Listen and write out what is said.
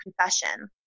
confession